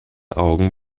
augen